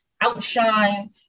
outshine